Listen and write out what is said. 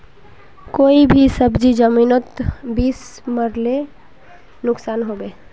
कोई भी सब्जी जमिनोत बीस मरले नुकसान होबे?